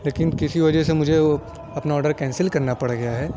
لیکن کسی وجہ سے مجھے وہ اپنا آرڈر کینسل کرنا پڑ گیا ہے